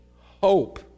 hope